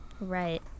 Right